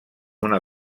una